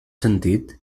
sentit